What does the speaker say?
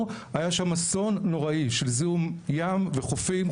היה שם אסון נוראי של זיהום ים וחופים,